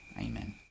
Amen